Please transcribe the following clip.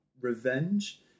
revenge